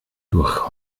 durch